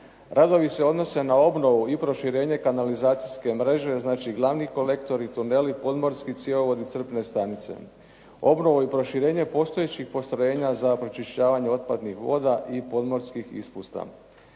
Radovi se odnose na obnovu i proširenje kanalizacijske mreže, znači glavni kolektori, tuneli, podmorski cjevovodi, crpne stanice. Obnovu i proširenje postojećih postrojenja za pročišćavanje otpadnih voda i podmorskih ispusta.